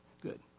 Good